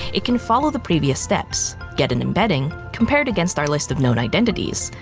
it can follow the previous steps, get an embedding, compare it against our list of known identities,